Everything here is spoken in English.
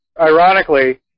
ironically